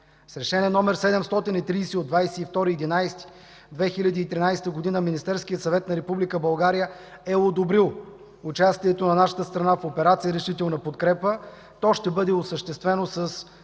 С Решение № 730 от 22 ноември 2013 г. Министерският съвет на Република България е одобрил участието на нашата страна в операция „Решителна подкрепа”, то ще бъде осъществено със